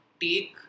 take